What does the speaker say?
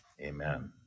amen